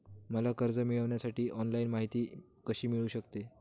मला कर्ज मिळविण्यासाठी ऑनलाइन माहिती कशी मिळू शकते?